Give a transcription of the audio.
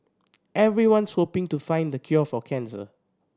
everyone's hoping to find the cure for cancer